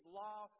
law